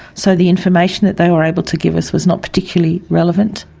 so the information that they were able to give us was not particularly relevant.